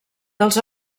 dels